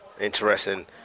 Interesting